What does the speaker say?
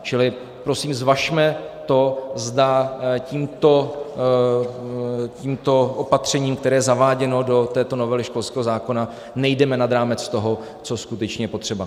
Čili prosím, zvažme to, zda tímto opatřením, které je zaváděno do této novely školského zákona, nejdeme nad rámec toho, co je skutečně potřeba.